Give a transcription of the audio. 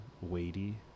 weighty